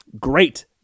Great